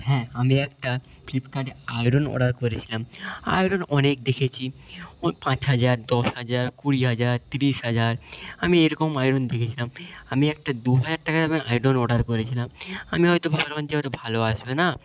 হ্যাঁ আমি একটা ফ্লিপকার্টে আয়রন অর্ডার করেছিলাম আয়রন অনেক দেখেছি ওই পাঁচ হাজার দশ হাজার কুড়ি হাজার তিরিশ হাজার আমি এই রকম আয়রন দেখেছিলাম আমি একটা দু হাজার টাকা দামের আয়রন অর্ডার করেছিলাম আমি হয়তো হয়তো ভালো আসবে না